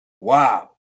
Wow